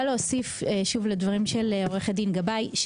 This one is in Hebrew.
להוסיף לדברים של עו"ד גבאי,